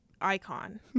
icon